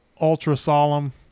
ultra-solemn